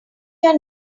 your